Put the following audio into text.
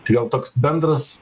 tai gal toks bendras